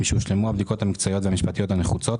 משהושלמו הבדיקות המקצועיות והמשפטיות הנחוצות,